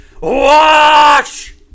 Watch